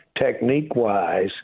technique-wise